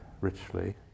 richly